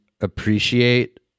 Appreciate